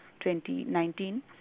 2019